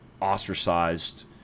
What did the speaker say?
ostracized